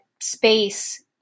space